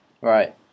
Right